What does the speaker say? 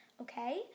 okay